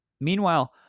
Meanwhile